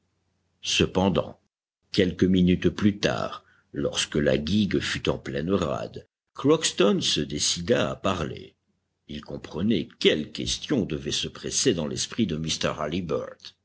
cependant quelques minutes plus tard lorsque la guigue fut en pleine rade crockston se décida à parler il comprenait quelles questions devaient se presser dans l'esprit de